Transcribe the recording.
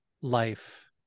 life